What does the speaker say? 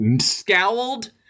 scowled